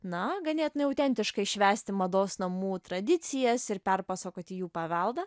na ganėtinai autentiškai švęsti mados namų tradicijas ir perpasakoti jų paveldą